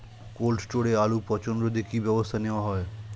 Cold স্টোরে আলুর পচন রোধে কি ব্যবস্থা নেওয়া হয়?